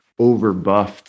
overbuffed